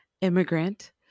immigrant